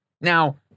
Now